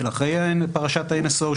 של אחרי פרשת ה-NSO,